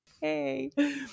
Hey